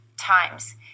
times